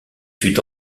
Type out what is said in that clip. fut